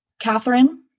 Catherine